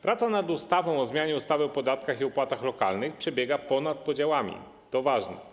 Praca nad ustawą o zmianie ustawy o podatkach i opłatach lokalnych przebiega ponad podziałami, to ważne.